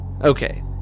Okay